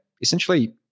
essentially